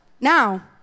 Now